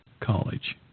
college